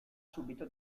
subito